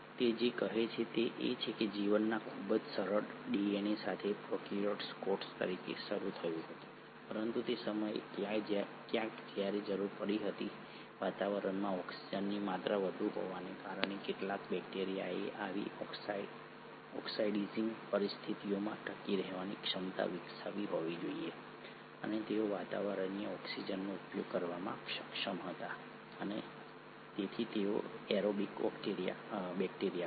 તે જે કહે છે તે એ છે કે જીવન ખૂબ જ સરળ ડીએનએ સાથે પ્રોકેરિયોટિક કોષ તરીકે શરૂ થયું હતું પરંતુ તે સમયે ક્યાંક જ્યારે જરૂર પડી હતી વાતાવરણમાં ઓક્સિજનની માત્રા વધુ હોવાને કારણે કેટલાક બેક્ટેરિયાએ આવી ઓક્સિડાઇઝિંગ પરિસ્થિતિઓમાં ટકી રહેવાની ક્ષમતા વિકસાવી હોવી જોઈએ અને તેઓ વાતાવરણીય ઓક્સિજનનો ઉપયોગ કરવામાં સક્ષમ હતા અને તેથી તેઓ એરોબિક બેક્ટેરિયા હતા